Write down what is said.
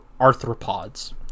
arthropods